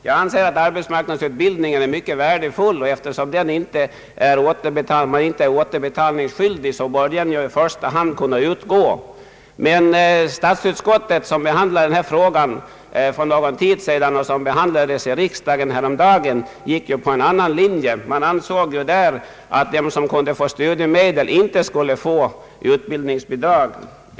Jag anser att arbetsmarknadsutbildningen är mycket värdefull, och eftersom man inte är återbetalningsskyldig för den, bör sådan hjälp kunna utgå i första hand. Statsutskottet liksom riksdagens båda kamrar gick emellertid nyligen på en helt annan linje och ansåg att de som kunde få studiemedel inte skulle få utbildningsbidrag.